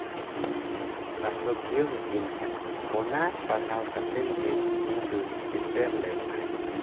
ᱯᱟᱴᱷᱚᱠᱤᱭᱟᱹ ᱦᱚᱸᱠᱤᱱ ᱠᱟᱱᱟ ᱚᱱᱟ ᱯᱟᱲᱦᱟᱣ ᱠᱟᱛᱮ ᱜᱮ ᱤᱧᱫᱚᱧ ᱮᱥᱮᱹᱨ ᱞᱮᱱ ᱛᱟᱦᱮᱱ